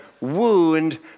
wound